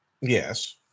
Yes